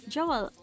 Joel